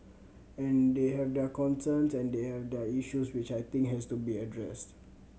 and they have their concerns and they have their issues which I think has to be addressed